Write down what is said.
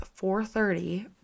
4.30